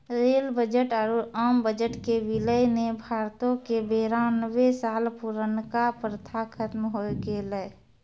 rail budget आरु आम budget के विलय ने भारतो के बेरानवे साल पुरानका प्रथा खत्म होय गेलै